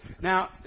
Now